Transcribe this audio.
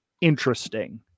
interesting